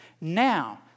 Now